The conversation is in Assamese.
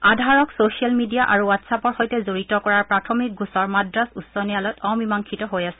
আধাৰক ছ'ছিয়েল মিডিয়া আৰু ৰাটচ্এপৰ সৈতে জড়িত কৰাৰ প্ৰাথমিক গোচৰ মাদ্ৰাছ উচ্চ ন্যায়ালয়ত অমীমাংসিত হৈ আছে